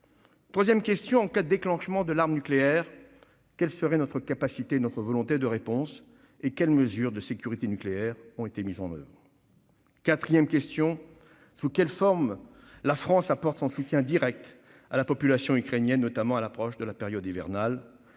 Troisièmement, en cas de déclenchement de l'arme nucléaire, quelles seraient notre capacité et notre volonté de réponse et quelles mesures de sécurité nucléaire ont été mises en oeuvre ? Quatrièmement, sous quelle forme la France apporte-t-elle un soutien direct à la population ukrainienne, notamment à l'approche de la période hivernale ?